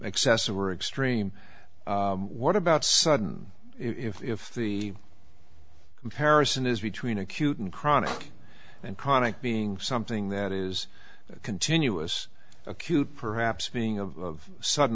excessive or extreme what about sudden if the comparison is between acute and chronic and chronic being something that is continuous acute perhaps being of sudden